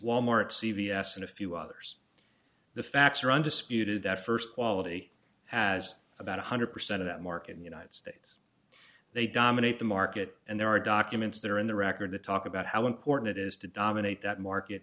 wal mart c v s and a few others the facts are undisputed that first quality has about one hundred percent of that market in united states they dominate the market and there are documents that are in the record to talk about how important it is to dominate that market